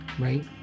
right